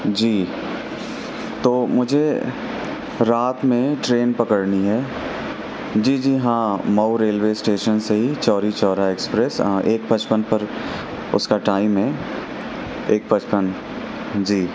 جی تو مجھے رات میں ٹرین پکڑنی ہے جی جی ہاں مئو ریلوے اسٹیشن سے ہی چوری چورا اکسپریس ہاں ایک پچپن پر اس کا ٹائم ہے ایک پچپن جی